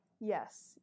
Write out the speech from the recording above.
Yes